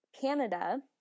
Canada